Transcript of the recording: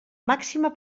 màxima